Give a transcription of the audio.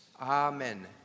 Amen